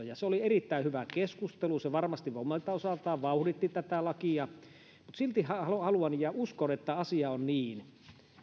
ja se oli erittäin hyvä keskustelu se varmasti omalta osaltaan vauhditti tätä lakia mutta silti haluan haluan ja uskon että asia on niin